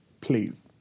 Please